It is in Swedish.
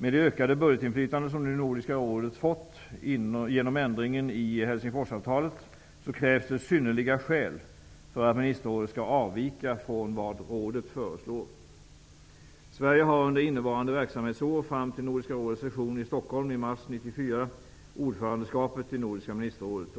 Med det ökade budgetinflytande som nu Nordiska rådet fått genom ändringen i Helsingforsavtalet krävs det synnerliga skäl för att ministerrådet skall avvika från vad rådet föreslår. Sverige har under innevarande verksamhetsår, fram till Nordiska rådets session i Stockholm i mars